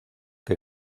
que